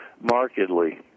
Markedly